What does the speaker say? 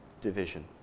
division